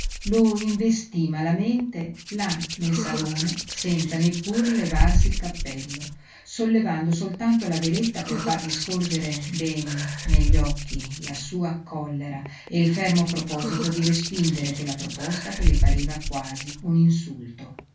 lo investí malamente là nel salone senza neppur levarsi il cappello sollevando soltanto la veletta per fargli scorgere bene negli occhi la sua collera e il fermo proposito di respingere quella proposta che le pareva quasi un insulto